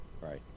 right